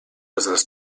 als